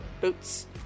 boots